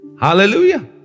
Hallelujah